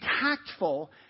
tactful